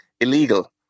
illegal